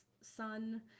son